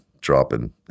dropping